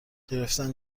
گرفتن